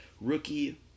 rookie